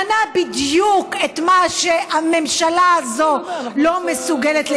מנה בדיוק את מה שהממשלה הזאת לא מסוגלת ליישם.